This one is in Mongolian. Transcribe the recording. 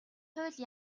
хууль